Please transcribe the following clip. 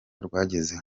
rwagezeho